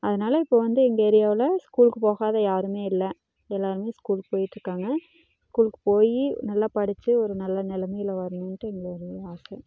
அதனால இப்போ வந்து எங்க ஏரியாவுல ஸ்கூலுக்கு போகாத யாருமே இல்ல எல்லாருமே ஸ்கூலுக்கு போயிட்ருக்காங்க ஸ்கூலுக்கு போயி நல்லா படிச்சி ஒரு நல்ல நிலமையில வரணுன்ட்டு எங்களுடைய ஆசை